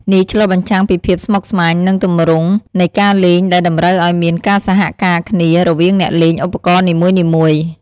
នេះឆ្លុះបញ្ចាំងពីភាពស្មុគស្មាញ និងទម្រង់នៃការលេងដែលតម្រូវឱ្យមានការសហការគ្នារវាងអ្នកលេងឧបករណ៍នីមួយៗ។